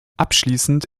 abschließend